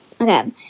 Okay